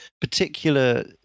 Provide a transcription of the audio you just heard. particular